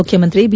ಮುಖ್ಯಮಂತ್ರಿ ಬಿ